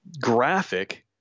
graphic